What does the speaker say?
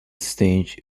stage